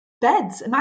Beds